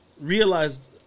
realized